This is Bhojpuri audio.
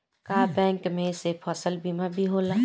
का बैंक में से फसल बीमा भी होला?